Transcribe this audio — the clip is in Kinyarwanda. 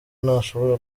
ntashobora